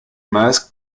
mask